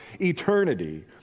eternity